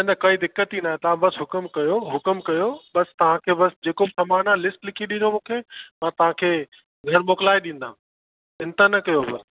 न न काई दिक़त ई न तव्हां बसि हुकुमु कयो हुकुमु कयो बसि तव्हांखे बसि जेको सामान आहे लिस्ट लिखी ॾिजो मूंखे मां तव्हांखे घरु मोकिलाए ॾींदा चिंता न कयो हुआ